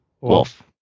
Wolf